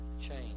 change